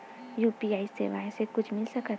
UPI सेवाएं से कुछु मिल सकत हे?